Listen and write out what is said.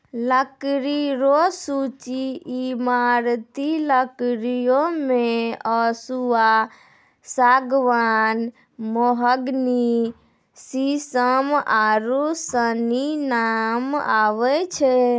लकड़ी रो सूची ईमारती लकड़ियो मे सखूआ, सागमान, मोहगनी, सिसम आरू सनी नाम आबै छै